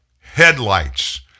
headlights